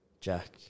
Jack